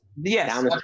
Yes